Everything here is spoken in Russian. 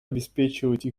обеспечивать